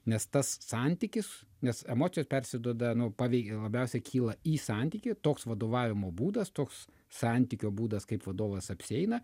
nes tas santykis nes emocijos persiduoda nu paveikia labiausia kyla į santykį toks vadovavimo būdas toks santykio būdas kaip vadovas apsieina